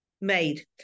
made